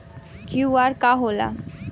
QR का होला?